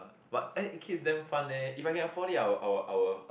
but eh kids damn fun leh if I can afford it I will I will